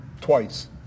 twice